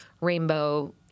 rainbow